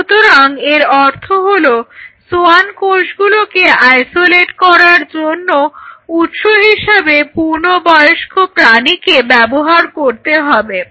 সুতরাং এর অর্থ হলো সোয়ান কোষগুলোকে আইসোলেট করবার জন্য উৎস হিসাবে পূর্ণবয়স্ক প্রাণীকে ব্যবহার করতে হবে